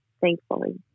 thankfully